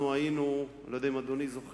אנחנו היינו, אני לא יודע אם אדוני זוכר,